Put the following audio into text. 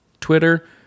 Twitter